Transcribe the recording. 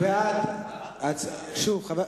בעד, 5,